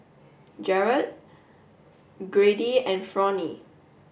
Gerhard Grady and Fronie